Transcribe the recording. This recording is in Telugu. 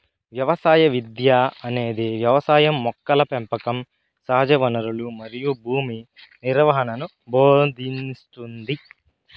వ్యవసాయ విద్య అనేది వ్యవసాయం మొక్కల పెంపకం సహజవనరులు మరియు భూమి నిర్వహణను భోదింస్తుంది